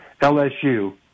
LSU